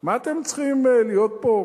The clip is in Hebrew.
מה אתם צריכים להיות פה,